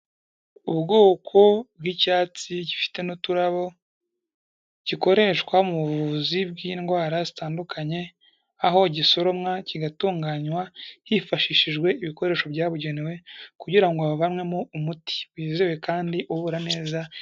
Ubwoko bw'icyatsi gifite n'uturabo, gikoreshwa mu buvuzi bw'indwara zitandukanye, aho gisoromwa, kigatunganywa hifashishijwe ibikoresho byabugenewe, kugira ngo havanywemo umuti wizewe kandi uvura neza.